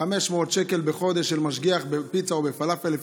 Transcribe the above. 500 שקל בחודש למשגיח בפיצה או בפלאפל,